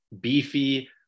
beefy